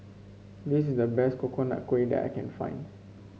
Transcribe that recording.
this is the best Coconut Kuih that I can find